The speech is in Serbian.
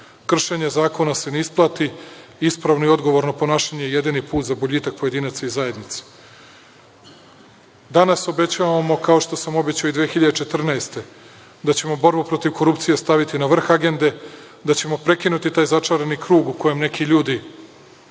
kršenje zakona se ne isplati, ispravno i odgovorno ponašanje je jedini put za boljitak pojedinaca i zajednice. Danas obećavamo, kao što sam obećao i 2014. godine, da ćemo borbu protiv korupcije staviti na vrh agende, da ćemo prekinuti taj začarani krug u koje neki ljudi